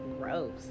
Gross